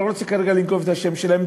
ואני לא רוצה כרגע לנקוב בשמות שלהם,